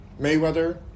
Mayweather